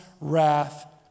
wrath